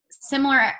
Similar